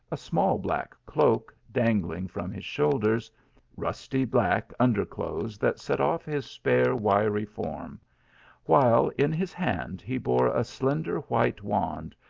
a small black cloak dangling from his shoulders rusty black under-clothes that set off his spare wiry form while in his hand he bore a slender white wand,